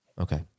Okay